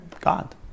God